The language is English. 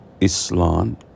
islam